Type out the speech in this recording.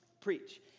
preach